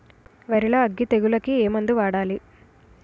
వరిలో అగ్గి తెగులకి ఏ మందు వాడాలి?